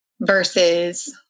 versus